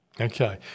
Okay